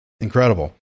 Incredible